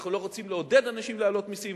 אנחנו לא רוצים לעודד אנשים להעלות מסים,